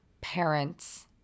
parents